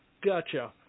Gotcha